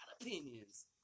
opinions